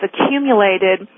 accumulated